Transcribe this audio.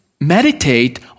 meditate